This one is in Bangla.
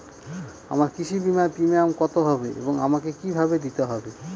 আমার কৃষি বিমার প্রিমিয়াম কত হবে এবং আমাকে কি ভাবে দিতে হবে?